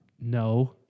No